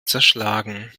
zerschlagen